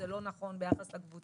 זה לא נכון ביחס לקבוצה הזאת,